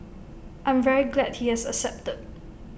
I'm very glad he has accepted